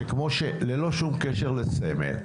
ללא שום קשר לסמל,